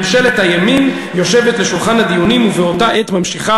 ממשלת הימין יושבת לשולחן הדיונים ובאותה עת ממשיכה